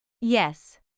Yes